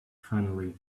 finally